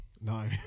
No